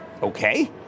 okay